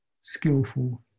skillful